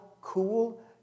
cool